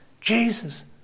Jesus